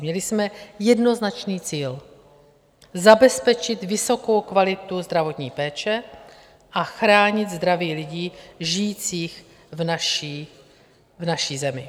Měli jsme jednoznačný cíl zabezpečit vysokou kvalitu zdravotní péče a chránit zdraví lidí žijících v naší zemi.